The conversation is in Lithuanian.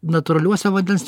natūraliuose vandens